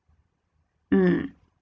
mm